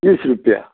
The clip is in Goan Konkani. तीस रुपया